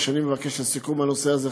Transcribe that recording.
מה שאני מבקש לסיכום הנושא הזה,